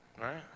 right